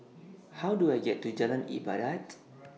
How Do I get to Jalan Ibadat